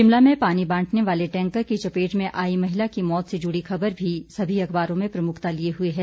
शिमला में पानी बांटने वाले टैंकर की चपेट में आई महिला की मौत से जुड़ी खबर भी सभी अखबारों में प्रमुखता लिए हुए है